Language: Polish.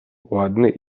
ładny